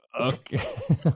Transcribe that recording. okay